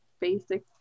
basic